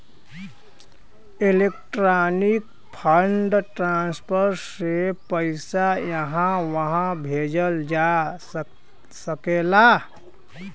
electronic fund transfer से पइसा इहां उहां भेजल जा सकला